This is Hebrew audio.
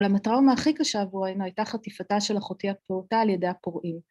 ‫אולם הטראומה הכי קשה עבורנו ‫הייתה חטיפתה של אחותי הפעוטה על ידי הפורעים.